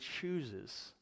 chooses